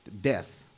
Death